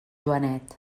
joanet